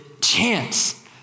chance